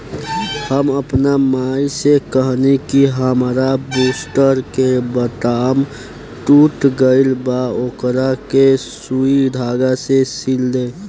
हम आपन माई से कहनी कि हामार बूस्टर के बटाम टूट गइल बा ओकरा के सुई धागा से सिल दे